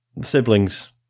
siblings